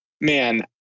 Man